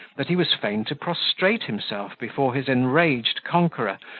that he was fain to prostrate himself before his enraged conqueror,